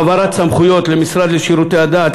העברת סמכויות למשרד לשירותי הדת,